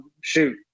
shoot